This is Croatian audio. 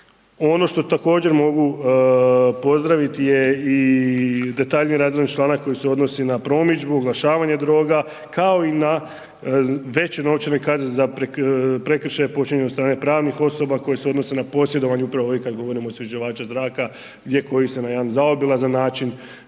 ono što također mogu pozdraviti je i detaljnije razrađen članak koji se odnosi na promidžbu, oglašavanje droga kao i na veće novčane kazne za prekršaje počinjene od strane pravnih osoba koje odnose na posjedovanje upravo ovih kad govorimo osvježivača zraka, gdje koji se na jedan zaobilazan način